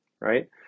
right